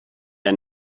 ein